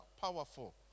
Powerful